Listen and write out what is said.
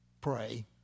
Pray